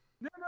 No